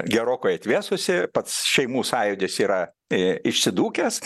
gerokai atvėsusi pats šeimų sąjūdis yra išsidūkęs